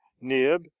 nib